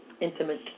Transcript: intimate